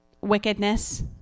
wickedness